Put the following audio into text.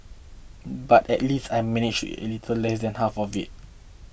but at least I manage a little less than half of it